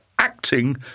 acting